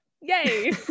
yay